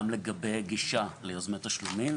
גם לגבי הגישה ליוזמי תשלומים,